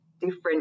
different